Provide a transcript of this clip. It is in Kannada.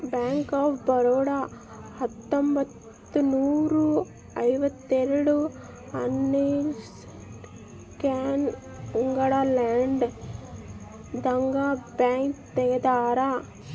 ಬ್ಯಾಂಕ್ ಆಫ್ ಬರೋಡ ಹತ್ತೊಂಬತ್ತ್ನೂರ ಐವತ್ತೇಳ ಅನ್ನೊಸ್ಟಿಗೆ ಕೀನ್ಯಾ ಉಗಾಂಡ ಲಂಡನ್ ದಾಗ ನು ಬ್ಯಾಂಕ್ ತೆಗ್ದಾರ